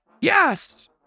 Yes